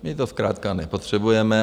My to zkrátka nepotřebujeme.